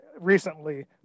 recently